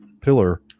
pillar